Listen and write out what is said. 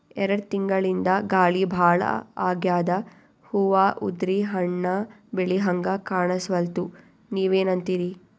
ಎರೆಡ್ ತಿಂಗಳಿಂದ ಗಾಳಿ ಭಾಳ ಆಗ್ಯಾದ, ಹೂವ ಉದ್ರಿ ಹಣ್ಣ ಬೆಳಿಹಂಗ ಕಾಣಸ್ವಲ್ತು, ನೀವೆನಂತಿರಿ?